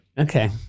Okay